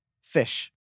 fish